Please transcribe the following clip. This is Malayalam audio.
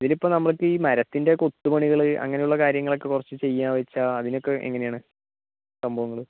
ഇതിലിപ്പോൾ നമ്മൾക്ക് ഈ മരത്തിൻ്റെ കൊത്തുപ്പണികൾ അങ്ങനെയുള്ള കാര്യങ്ങളൊക്കെ കുറച്ച് ചെയ്യാമെന്നു വച്ചാൽ അതിനൊക്ക എങ്ങനെയാണ് സംഭവങ്ങൾ